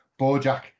Bojack